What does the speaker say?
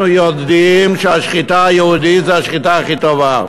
אנחנו יודעים שהשחיטה היהודית היא השחיטה הכי טובה.